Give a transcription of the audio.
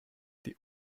die